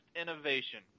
innovation